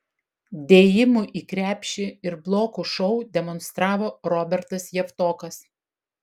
dėjimų į krepšį ir blokų šou demonstravo robertas javtokas